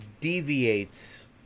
deviates